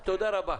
תודה רבה.